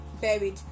buried